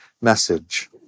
message